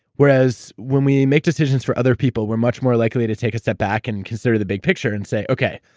whereas when we make decisions for other people, we're much more likely to take a step back and and consider the big picture and say, okay,